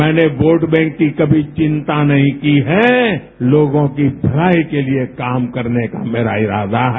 मैंने vote bank की कमी चिंता नहीं की है लोगों की भलाई के लिए काम करने का मेरा इरादा है